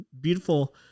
beautiful